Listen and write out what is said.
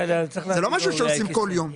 זה לא משהו שעושים כל יום.